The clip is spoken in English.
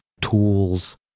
tools